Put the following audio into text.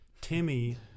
Timmy